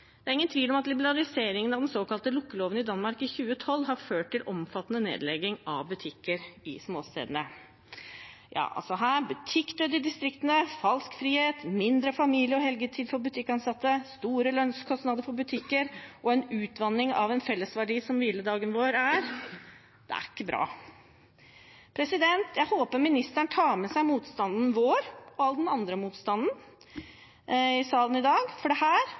Det er ingen tvil om at liberaliseringen av den såkalte lukkeloven i Danmark i 2012 har ført til omfattende nedlegging av butikker i småstedene. Butikkdød i distriktene, falsk frihet, mindre familie- og helgetid for butikkansatte, store lønnskostnader for butikker og en utvanning av en fellesverdi som hviledagen vår er – det er ikke bra. Jeg håper ministeren tar med seg motstanden vår og all den andre motstanden i salen i dag, for dette handler om mye mer enn søndagsåpent. Det